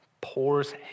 pours